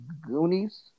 Goonies